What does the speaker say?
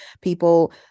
people